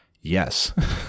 yes